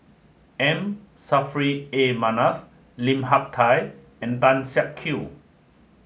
M Saffri A Manaf Lim Hak Tai and Tan Siak Kew